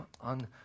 on